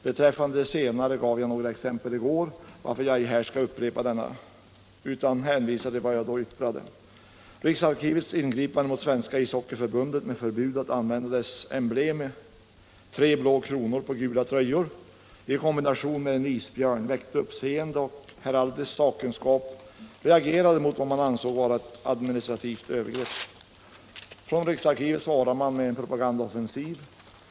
Beträffande det senare gav jag några exempel i går, varför jag ej här skall upprepa dessa utan hänvisar till vad jag då yttrade. Riksarkivets ingripande mot Svenska ishockeyförbundet med förbud att använda dess emblem tre blå kronor på gula tröjor i kombination med en isbjörn väckte uppseende, och heraldisk sakkunskap reagerade mot vad man ansåg vara ett administrativt övergrepp. Från riksarkivet svarade man med en propagandaoffensiv.